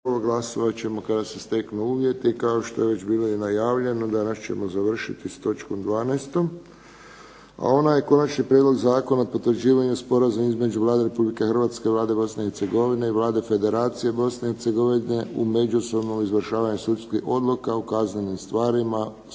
**Friščić, Josip (HSS)** Kao što je već bilo i najavljeno danas ćemo završiti sa točkom 12. a ona je - Konačni prijedlog zakona o potvrđivanju Sporazuma između Vlada Republike Hrvatske, Vlade Bosne i Hercegovine i Vlade Federacije Bosne i Hercegovine o međusobnom izvršavanju sudskih odluka u kaznenim stvarima,